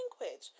language